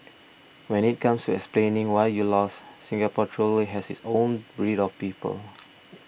but when it comes to explaining why you lost Singapore truly has its own breed of people